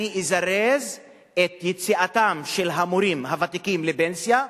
אני אזרז את יציאתם של המורים הוותיקים לפנסיה,